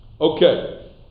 Okay